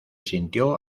sintió